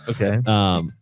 Okay